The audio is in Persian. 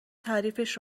تعریفش